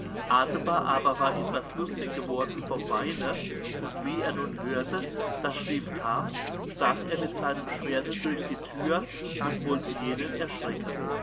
adebar aber war etwas lustig geworden vom weine und wie er nun hörte daß schlieff kam stach er mit seinem schwerte durch die thür und wollte jenen erschrecken